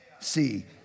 see